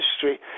history